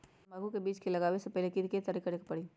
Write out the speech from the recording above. तंबाकू के बीज के लगाबे से पहिले के की तैयारी करे के परी?